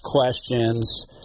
questions